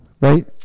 Right